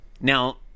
Now